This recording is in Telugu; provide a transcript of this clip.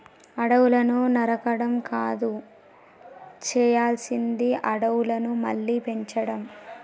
అడవులను నరకడం కాదు చేయాల్సింది అడవులను మళ్ళీ పెంచడం